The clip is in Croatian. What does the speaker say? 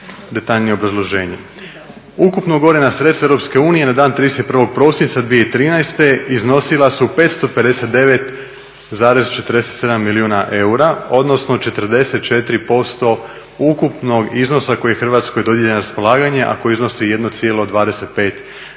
detaljnije obrazloženje. Ukupno ugovorena sredstva EU na dan 31. prosinca 2013. iznosila su 559, 47 milijuna eura, odnosno 44% ukupnog iznosa koji je Hrvatskoj dodijeljen na raspolaganje, a koji iznosi 1,25